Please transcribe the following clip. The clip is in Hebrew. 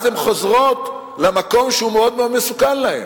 אז הן חוזרות למקום שהוא מאוד מאוד מסוכן להן,